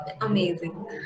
amazing